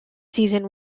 season